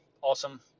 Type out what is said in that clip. Awesome